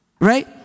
Right